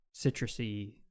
citrusy